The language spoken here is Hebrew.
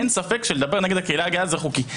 לדבר נגד הקהילה הגאה זה חוקי.